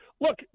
look